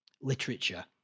literature